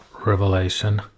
revelation